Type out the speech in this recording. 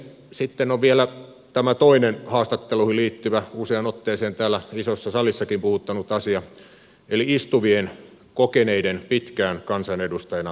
sitten on vielä tämä toinen haastatteluihin liittyvä useaan otteeseen täällä isossa salissakin puhuttanut asia eli istuvien kokeneiden pitkään kansanedustajana toimineiden haastattelut